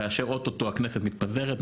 כאשר אוטוטו הכנסת מתפזרת,